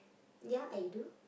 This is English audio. ya I do